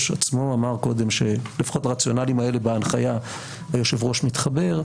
עצמו אמר קודם שלפחות לרציונלים האלה בהנחיה היושב-ראש מתחבר,